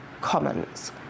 comments